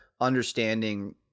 understanding